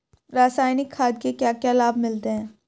रसायनिक खाद के क्या क्या लाभ मिलते हैं?